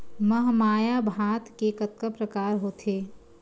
महमाया भात के कतका प्रकार होथे?